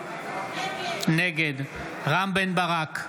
נגד רם בן ברק,